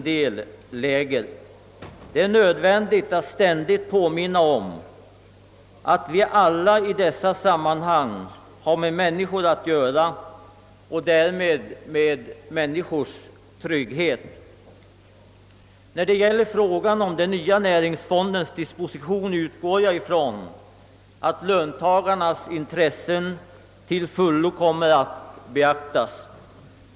Det är nödvändigt att ständigt påminna om att vi i alla sammanhang har med människor och människors trygghet att göra. Beträffande frågan om den nya näringsfondens disposition utgår jag ifrån att löntagarnas intressen kommer att till fullo beaktas.